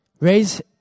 Raise